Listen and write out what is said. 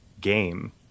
game